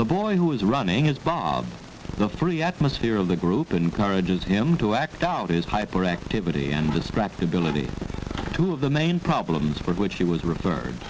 the boy who is running his bob the free atmosphere of the group encourages him to act out his hyperactivity and distractibility two of the main problems for which he was referred